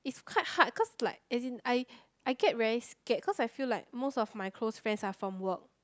quite hard cause like as in I I get very scared cause I feel like most of my close friends are from work